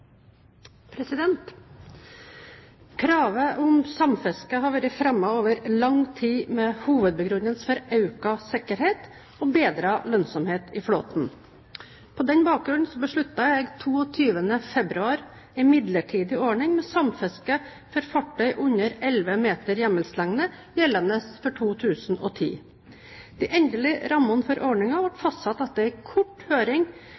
protokollen. Kravet om samfiske har vært fremmet over lang tid med hovedbegrunnelse økt sikkerhet og bedre lønnsomhet for flåten. På den bakgrunn besluttet jeg 22. februar en midlertidig ordning med samfiske for fartøy under 11 m hjemmelslengde gjeldende for 2010. De endelige rammene for ordningen ble fastsatt etter en kort høring,